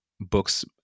books